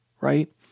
right